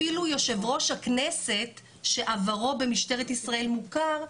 אפילו יושב ראש הכנסת, שעברו במשטרת ישראל מוכר,